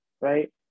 right